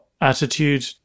attitude